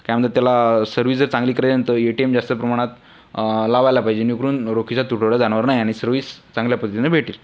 काय म्हणतात त्याला सर्विस जर चांगली क्रेनंतर ए टी एम जास्त प्रमाणात लावायला पाहिजे इकडून रोखीचा तुटवडा जाणवणार नाही आणि सर्विस चांगल्या पद्धतीने भेटेल